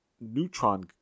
neutron